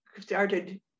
started